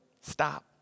stop